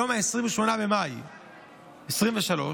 מיום 28 במאי 2023,